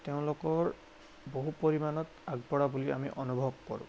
তেওঁলোকৰ বহু পৰিমাণত আগবঢ়া বুলি আমি অনুভৱ কৰোঁ